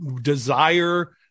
desire